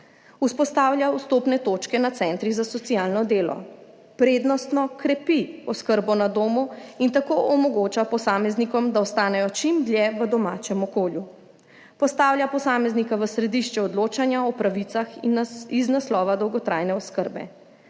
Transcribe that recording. vzpostavlja vstopne točke na centrih za socialno delo, prednostno krepi oskrbo na domu in tako omogoča posameznikom, da ostanejo čim dlje v domačem okolju, postavlja posameznika v središče odločanja o pravicah iz naslova dolgotrajne oskrbe